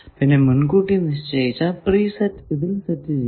പിന്നെ മുൻകൂട്ടി നിശ്ചയിച്ച് ഇതിൽ സെറ്റ് ചെയാം